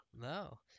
No